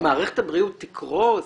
מערכת הבריאות תקרוס?